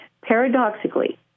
Paradoxically